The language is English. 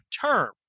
term